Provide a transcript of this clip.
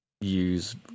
use